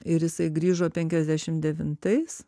ir jisai grįžo penkiasdešim devintais